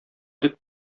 дип